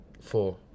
four